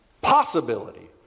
possibility